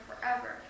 forever